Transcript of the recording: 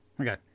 Okay